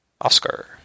Oscar